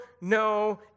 no